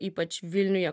ypač vilniuje